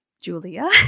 Julia